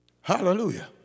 Hallelujah